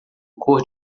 cor